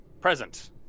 present